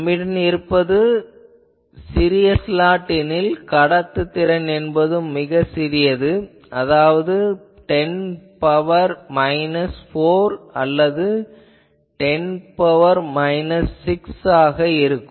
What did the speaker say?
நம்மிடம் இருப்பது சிறிய ஸ்லாட் எனில் கடத்துதிறன் என்பதும் மிகச் சிறியது அதாவது 10 ன் பவர் மைனஸ் 4 அல்லது 10 ன் பவர் மைனஸ் 6 ஆகும்